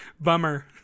Bummer